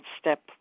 step